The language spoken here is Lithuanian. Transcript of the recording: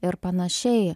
ir panašiai